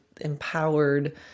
empowered